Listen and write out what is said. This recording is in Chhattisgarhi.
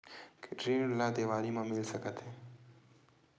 ऋण ला देवारी मा मिल सकत हे